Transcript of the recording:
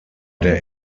der